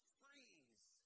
freeze